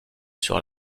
sur